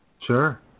Sure